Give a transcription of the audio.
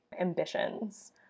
ambitions